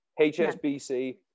hsbc